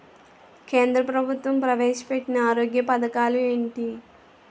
కేంద్ర ప్రభుత్వం ప్రవేశ పెట్టిన ఆరోగ్య పథకాలు ఎంటి?